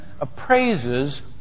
appraises